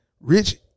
rich